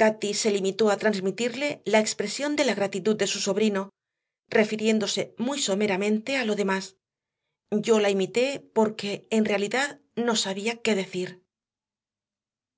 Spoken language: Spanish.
cati se limitó a transmitirle la expresión de la gratitud de su sobrino refiriéndose muy someramente a lo demás yo la imité porque en realidad no sabía qué decir